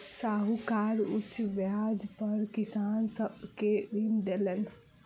साहूकार उच्च ब्याज पर किसान सब के ऋण देलैन